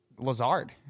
Lazard